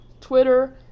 Twitter